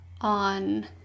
on